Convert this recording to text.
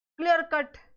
clear-cut